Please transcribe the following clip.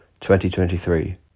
2023